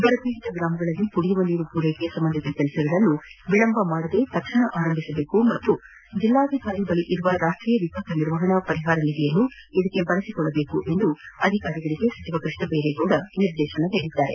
ಬರ ಪೀದಿತ ಗ್ರಾಮಗಳಲ್ಲಿ ಕುಡಿಯುವ ನೀರು ಪೂರೈಕೆ ಸಂಬಂಧಿತ ಕೆಲಸಗಳನ್ನು ವಿಳಂಬ ಮಾಡದೆ ಆರಂಭಸಬೇಕು ಮತ್ತು ಜಿಲ್ಲಾಧಿಕಾರಿ ಬಳಿ ಇರುವ ರಾಷ್ಟೀಯ ವಿಪತ್ತು ನಿರ್ವಹಣಾ ಪರಿಹಾರ ನಿಧಿಯನ್ನು ಬಳಸಿಕೊಳ್ಳಬೇಕೆಂದು ಅಧಿಕಾರಿಗಳಿಗೆ ಸಚಿವ ಕೃಷ್ಣಬೈರೇಗೌಡ ನಿರ್ದೇಶಿಸಿದ್ದಾರೆ